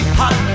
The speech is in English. hot